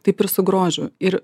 taip ir su grožiu ir